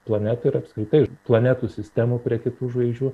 planetų ir apskritai planetų sistemų prie kitų žvaigždžių